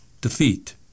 Defeat